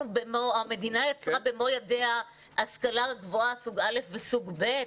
המדינה יצרה במו ידיה השכלה גבוהה סוג א' וסוג ב'?